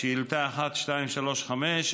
שאילתה מס' 1235,